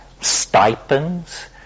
stipends